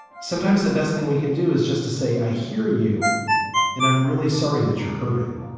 sometimes the best thing we can do is just to say, i hear you and i'm really sorry that you're hurting.